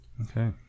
Okay